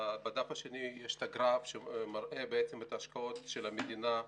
בדף השני יש את הגרף שמראה את ההשקעות של המדינה.